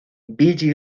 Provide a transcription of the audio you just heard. billy